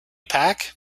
pack